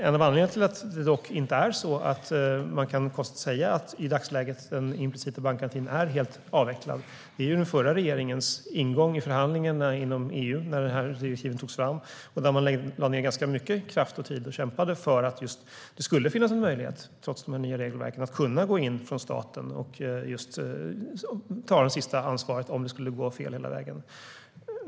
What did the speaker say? En av anledningarna till att man dock inte kan säga att den implicita bankgarantin i dagsläget är helt avvecklad är den förra regeringens ingång i förhandlingarna inom EU när dessa direktiv togs fram och där de lade ned ganska mycket tid och kraft och kämpade för att det skulle finnas en möjlighet trots de nya regelverken att gå in från staten och ta det sista ansvaret om det skulle gå fel hela vägen.